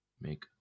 make